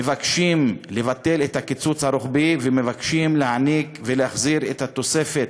מבקשים לבטל את הקיצוץ הרוחבי ומבקשים להעניק ולהחזיר את התוספת